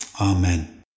Amen